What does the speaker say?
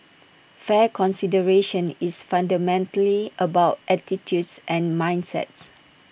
fair consideration is fundamentally about attitudes and mindsets